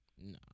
No